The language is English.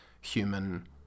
human